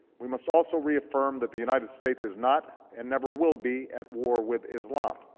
we must also reaffirm that the united states is not and never will be at war with islam.